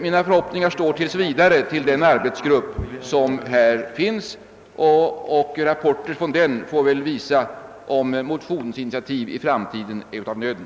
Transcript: Mina förhoppningar står tills vidare till den arbetsgrupp som här finns. Rapporter från den får väl visa om motionsinitiativ i framtiden är av nöden.